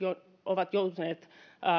ovat joutuneet